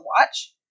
watch